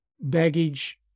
baggage